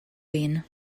win